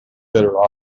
better